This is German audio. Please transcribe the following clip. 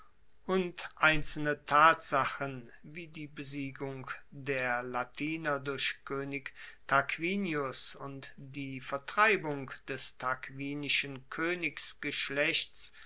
und einzelne tatsachen wie die besiegung der latiner durch koenig tarquinius und die vertreibung des tarquinischen